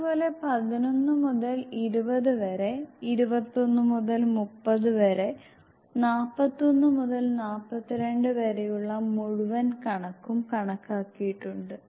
അതുപോലെ 11 മുതൽ 20 വരെ 21 മുതൽ 30 വരെ 41 മുതൽ 42 വരെയുള്ള മുഴുവൻ കണക്കും കണക്കാക്കിയിട്ടുണ്ട്